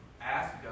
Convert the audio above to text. ask